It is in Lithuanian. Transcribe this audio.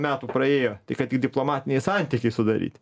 metų praėjo tai kad tik diplomatiniai santykiai sudaryti